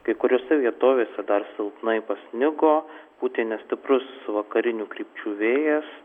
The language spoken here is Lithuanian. kai kuriose vietovėse dar silpnai pasnigo pūtė nestiprus vakarinių krypčių vėjas